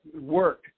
Work